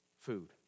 food